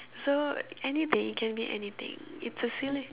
so anything it can be anything it's a silly